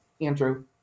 Andrew